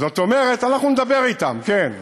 זאת אומרת, אנחנו נדבר אתם, כן,